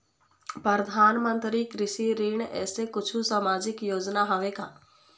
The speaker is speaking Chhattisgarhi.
परधानमंतरी कृषि ऋण ऐसे कुछू सामाजिक योजना हावे का?